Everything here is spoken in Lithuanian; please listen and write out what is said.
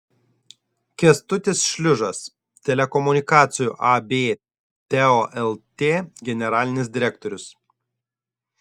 kęstutis šliužas telekomunikacijų ab teo lt generalinis direktorius